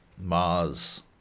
Mars